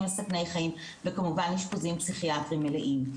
מסכני חיים וכמובן אשפוזים פסיכיאטריים מלאים.